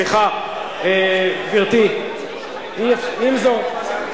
סליחה, גברתי, מזל טוב.